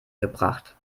gebracht